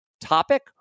topic